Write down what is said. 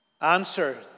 answer